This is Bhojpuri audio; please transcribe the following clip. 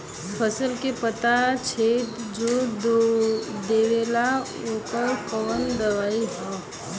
फसल के पत्ता छेद जो देवेला ओकर कवन दवाई ह?